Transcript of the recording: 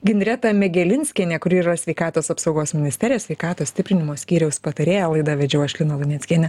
ginreta megelinskienė kuri yra sveikatos apsaugos ministerijos sveikatos stiprinimo skyriaus patarėja laidą vedžiau aš lina luneckienė